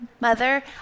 Mother